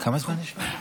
כמה זמן יש לו?